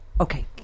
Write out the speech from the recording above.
Okay